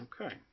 Okay